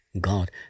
God